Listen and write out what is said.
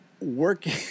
working